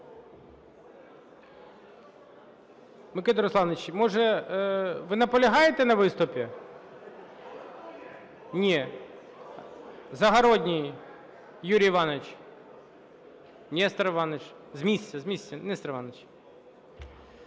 Микито Руслановичу, може... Ви наполягаєте на виступі? Ні. Загородній Юрій Іванович? Нестор Іванович, з місця. З місця, Нестор Іванович.